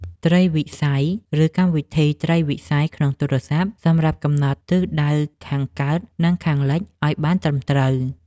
ត្រីវិស័យ ឬកម្មវិធីត្រីវិស័យក្នុងទូរសព្ទ សម្រាប់កំណត់ទិសដៅខាងកើត និងខាងលិចឱ្យបានត្រឹមត្រូវ។